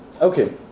Okay